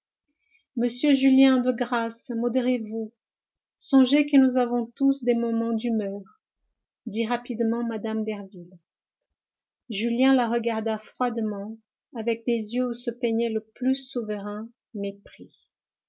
monsieur julien de grâce modérez-vous songez que nous avons tous des moments d'humeur dit rapidement mme derville julien la regarda froidement avec des yeux où se peignait le plus souverain mépris